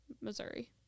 Missouri